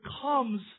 comes